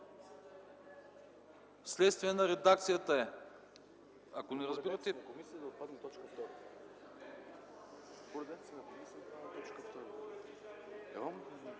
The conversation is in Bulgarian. Вследствие на редакцията е.